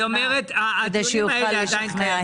כדי שיוכל לשכנע.